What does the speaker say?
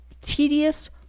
tedious